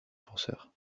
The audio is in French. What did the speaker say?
penseur